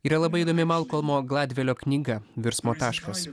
yra labai įdomi malkolmo gladvelio knyga virsmo taškas